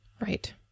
Right